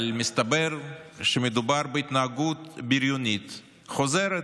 אבל מסתבר שמדובר בהתנהגות בריונית חוזרת,